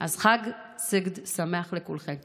אז חג סיגד שמח לכולכם.